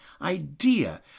idea